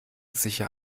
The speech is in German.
sicher